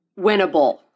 Winnable